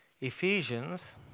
Ephesians